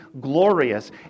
glorious